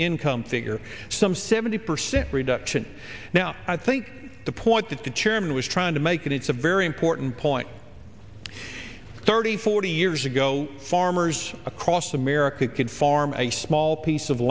income figure some seventy percent reduction now i think the point that the chairman was trying to make and it's a very important point thirty forty years ago farmers across america could farm a small piece of